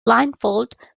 blindfold